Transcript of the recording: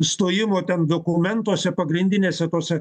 stojimo ten dokumentuose pagrindinėse tose